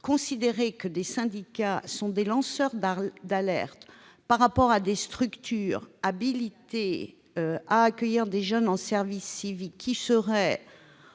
Considérer les syndicats comme des lanceurs d'alerte à l'égard de structures habilitées à accueillir des jeunes en service civique qui seraient